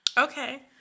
Okay